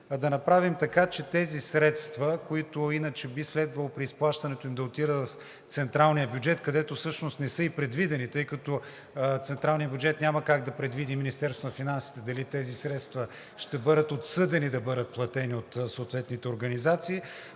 да направим така, че тези средства, които иначе би следвало при изплащането им да отидат в централния бюджет, където всъщност не са и предвидени. Централният бюджет – Министерството на финансите, няма как да предвиди дали тези средства ще бъдат обсъдени да бъдат платени от съответните организации,